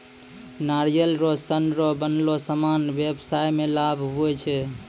नारियल रो सन रो बनलो समान व्याबसाय मे लाभ हुवै छै